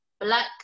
black